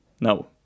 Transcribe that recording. no